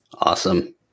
Awesome